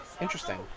Interesting